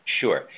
sure